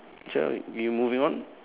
sure we we moving on